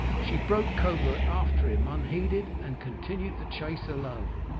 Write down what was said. she broke covert after him unheeded, and continued the chase alone.